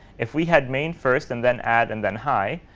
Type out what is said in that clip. if we had main first and then add and then high,